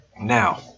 Now